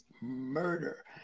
murder